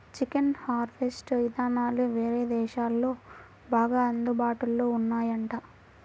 chicken harvest ఇదానాలు వేరే దేశాల్లో బాగా అందుబాటులో ఉన్నాయంట